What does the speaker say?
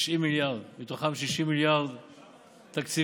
90 מיליארד, מתוכם 60 מיליארד תקציבי,